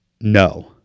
no